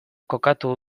kokatu